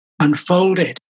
unfolded